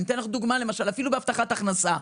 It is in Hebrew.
אני אתן לכם דוגמה מהבטחת הכנסה.